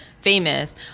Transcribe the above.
famous